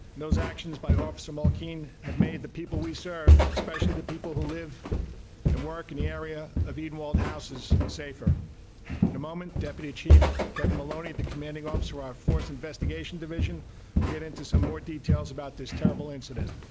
those actions by officer mall keen have made the people we serve especially the people who live and work in the area of the walled houses, safer in a moment, deputy chief kevin maloney, the commanding officer, our force investigation division we get into some more details about this terrible incident